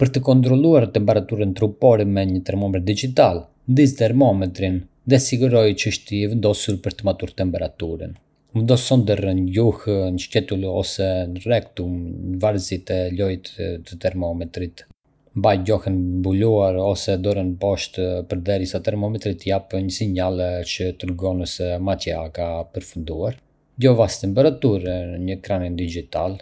Për të kontrolluar temperaturën trupore me një termometër digjital, ndiz termometrin dhe sigurohu që është i vendosur për të matur temperaturën. Vendos sondën nën gjuhë, në sqetull ose në rektum, në varësi të llojit të termometrit. Mbaj gojën mbyllur ose dorën poshtë deri sa termometri të japë një sinjal që tregon se matja ka përfunduar. Djovas temperaturën në ekranin digjital.